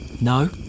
No